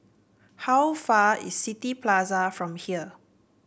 how far away is City Plaza from here